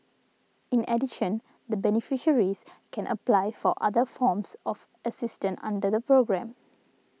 in addition the beneficiaries can apply for other forms of assistance under the programme